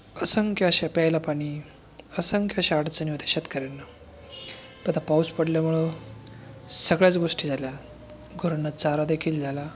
असंख्य असे प्यायला पाणी असंख्य अशा अडचणी होता शेतकऱ्यांना पण आता पाऊस पडल्यामुळं सगळ्याच गोष्टी झाल्या गुरांना चारादेखील झाला